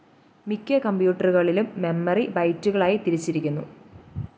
മിക്ക കമ്പ്യൂട്ടറുകളിലും മെമ്മറി ബൈറ്റുകളായി തിരിച്ചിരിക്കുന്നു